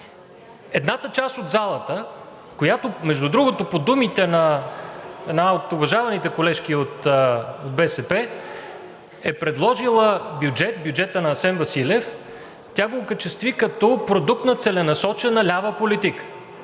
едната част от залата, която, между другото, по думите на една от уважаваните колежки от БСП е предложила бюджет – бюджета на Асен Василев, тя го окачестви като продукт на целенасочена лява политика.